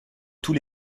tous